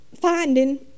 finding